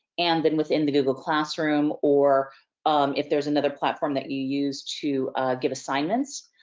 and then, within the google classroom, or if there's another platform that you use to give assignments.